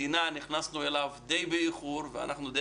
נכנסנו אליו די באיחור במדינה ואנחנו די